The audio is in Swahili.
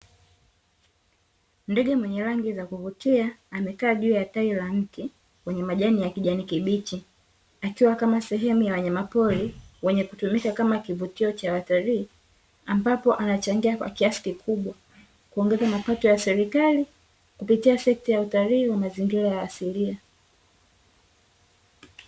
Ndege mwenye rangi za kuvutia amekaa juu ya tawi la mti wenye majani ya kijani kibichi. Akiwa kama sehemu ya wanyama pori wenye kutumika kama kivutio cha watalii, ambapo anachangia kwa kiasi kikubwa kuongeza mapato ya serikali, kupitia sekta ya utalii wa mazingira asilia.